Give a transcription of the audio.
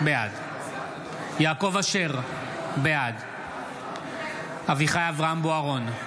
בעד יעקב אשר, בעד אביחי אברהם בוארון,